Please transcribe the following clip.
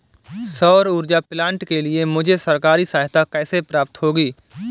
सौर ऊर्जा प्लांट के लिए मुझे सरकारी सहायता कैसे प्राप्त होगी?